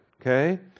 Okay